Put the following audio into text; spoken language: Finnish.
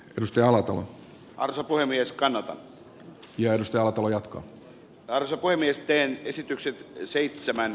jos jalat ovat arto puhemies kannata järjestää alatalo jatkaa asevoimiensa teen esityksen seitsemän